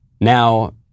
Now